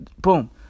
Boom